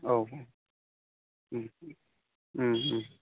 औ